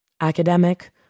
Academic